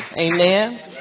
Amen